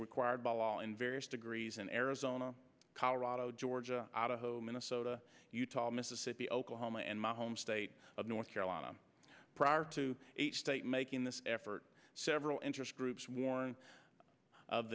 required by law in various degrees in arizona colorado georgia out of home minnesota utah mississippi oklahoma and my home state of north carolina prior to each state making this effort several interest groups war